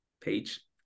page